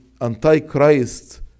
Antichrist